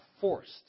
forced